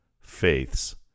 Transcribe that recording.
faiths